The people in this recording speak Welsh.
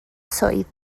swydd